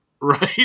right